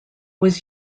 was